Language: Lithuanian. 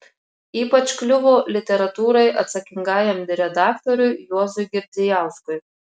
ypač kliuvo literatūrai atsakingajam redaktoriui juozui girdzijauskui